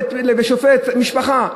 לשופט לענייני משפחה.